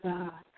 God